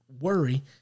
worry